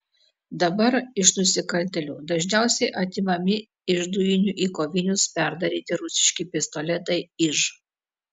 dabar iš nusikaltėlių dažniausiai atimami iš dujinių į kovinius perdaryti rusiški pistoletai iž